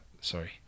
sorry